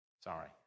sorry